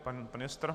Pan ministr? .